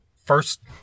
First